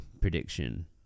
prediction